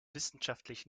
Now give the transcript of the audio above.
wissenschaftlich